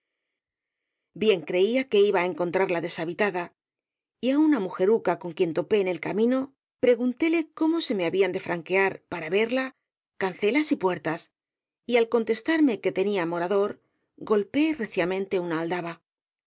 bien creía que iba á encontrarla deshabitada y á una mujeruca con quien topé en el camino pregúntele cómo se me habían de franquear para verla cancelas y puertas y al contestarme que tenía morador golpeé reciamente una aldaba